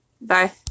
Bye